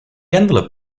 envelope